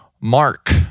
Mark